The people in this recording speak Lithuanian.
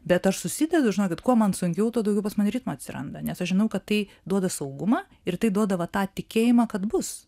bet aš susidedu žinokit kuo man sunkiau tuo daugiau pas mane ritmo atsiranda nes aš žinau kad tai duoda saugumą ir tai duoda va tą tikėjimą kad bus